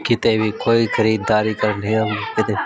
ਕਿਤੇ ਵੀ ਕੋਈ ਖਰੀਦਦਾਰੀ ਕਰਦੇ ਓ ਕਿਤੇ